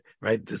Right